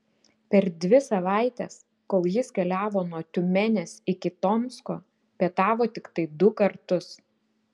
per dvi savaites kol jis keliavo nuo tiumenės iki tomsko pietavo tiktai du kartus